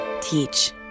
Teach